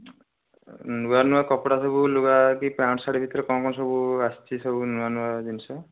ନୂଆ ନୂଆ କପଡ଼ା ସବୁ ଲୁଗା କି ପ୍ୟାଣ୍ଟ୍ ସାର୍ଟ ଭିତରେ କ'ଣ କ'ଣ ସବୁ ଆସିଛି ସବୁ ନୂଆ ନୂଆ ଜିନିଷ